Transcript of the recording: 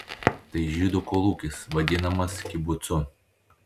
tai žydų kolūkis vadinamas kibucu